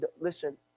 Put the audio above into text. listen